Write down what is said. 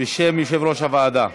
בשם יושב-ראש הוועדה.